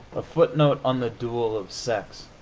a footnote on the duel of sex